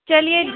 चलिए